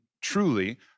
truly